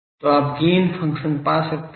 तो आप gain function पा सकते हैं